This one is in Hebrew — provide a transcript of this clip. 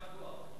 יישר כוח.